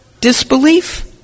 disbelief